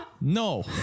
no